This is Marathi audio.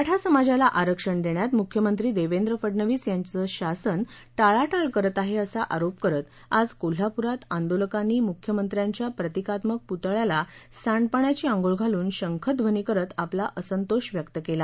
मराठा समाजाला आरक्षण देण्यात मुख्यमंत्री देवेंद्र फडनवीस यांचं शासन टाळाटाळ करत आहे असा आरोप करत आज कोल्हापुरात आंदोलकांनी मुख्यमंत्र्यांच्या प्रतिकात्मक पुतळ्याला सांडपाण्याची आंघोळ घालून शंखध्वनी करत आपला असंतोष व्यक्त केला